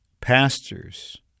pastors